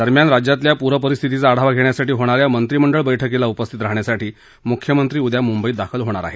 दरम्यान राज्यातल्या पूरपरिस्थितीचा आढावा घेण्यासाठी होणा या मंत्रीमंडळ बैठकीला उपस्थित राहण्यासाठी मुख्यमंत्री उदया मुंबईत दाखल होणार आहेत